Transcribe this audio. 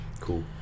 cool